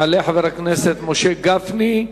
יעלה חבר הכנסת משה גפני,